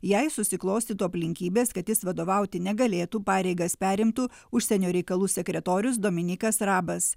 jei susiklostytų aplinkybės kad jis vadovauti negalėtų pareigas perimtų užsienio reikalų sekretorius dominykas rabas